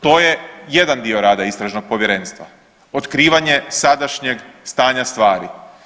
To je jedan dio rada istražnog povjerenstva otkrivanje sadašnjeg stanja stvari.